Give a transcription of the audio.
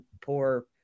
poor